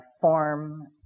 form